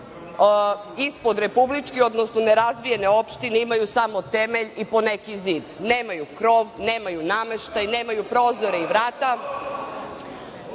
ispod republički odnosno nerazvijene opštine imaju samo temelj i po neki zid. Nemaju krov, nemaju nameštaj, nemaju prozore i vrata.